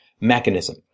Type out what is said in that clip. mechanism